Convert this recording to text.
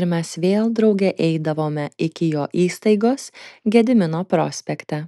ir mes vėl drauge eidavome iki jo įstaigos gedimino prospekte